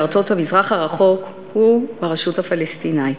בארצות המזרח הרחוק וברשות הפלסטינית.